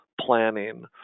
planning